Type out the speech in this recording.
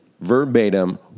verbatim